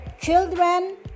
Children